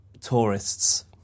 tourists